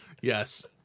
Yes